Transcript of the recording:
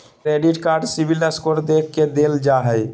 credit card CIBIL score देख के देल जा हइ